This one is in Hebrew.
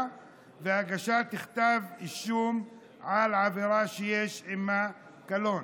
והגשת כתב אישום על עבירה שיש עימה קלון.